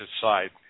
side